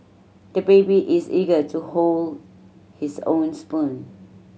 the baby is eager to hold his own spoon